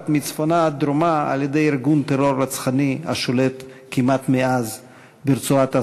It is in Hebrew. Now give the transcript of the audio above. מצפונה עד דרומה על-ידי ארגון טרור רצחני השולט כמעט מאז ברצועת-עזה.